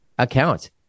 Account